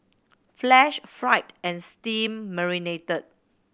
flash fried and steam marinated